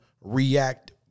react